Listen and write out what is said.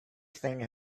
thing